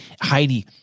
Heidi